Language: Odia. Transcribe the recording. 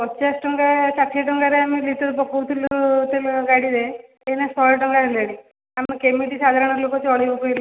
ପଚାଶ ଟଙ୍କା ଷାଠିଏ ଟଙ୍କାରେ ଆମେ ଲିଟର୍ ପକଉଥିଲୁ ତେଲ ଗାଡ଼ିରେ ଏଇନା ଶହେ ଟଙ୍କା ହେଲାଣି ଆମେ କେମିତି ସାଧାରଣ ଲୋକ ଚଳିବୁ କହିଲେ